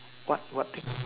what what thing